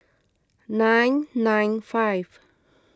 nine nine five